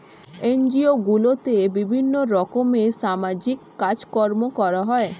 NGO গুলোতে বিভিন্ন রকমের সামাজিক কাজকর্ম করা হয়